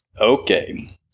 Okay